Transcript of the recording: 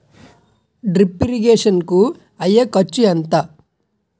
Drip irrigation కూ అయ్యే ఖర్చు ఎంత?